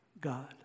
God